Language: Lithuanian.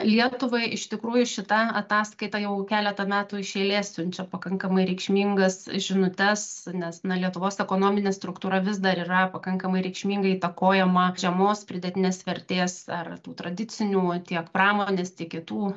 lietuvai iš tikrųjų šita ataskaita jau keletą metų iš eilės siunčia pakankamai reikšmingas žinutes nes na lietuvos ekonominė struktūra vis dar yra pakankamai reikšmingai įtakojama žemos pridėtinės vertės ar tų tradicinių tiek pramonės tiek kitų